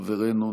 חברנו,